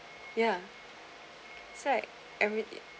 ya so like every